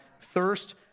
Thirst